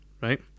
right